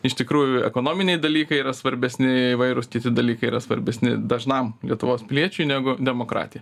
iš tikrųjų ekonominiai dalykai yra svarbesni įvairūs kiti dalykai yra svarbesni dažnam lietuvos piliečiui negu demokratija